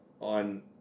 on